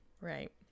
right